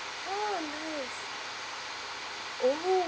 oh nice oh